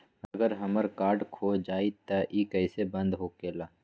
अगर हमर कार्ड खो जाई त इ कईसे बंद होकेला?